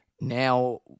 now